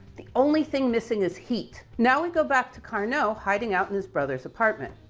the only thing missing is heat. now we go back to carnot hiding out in his brother's apartment.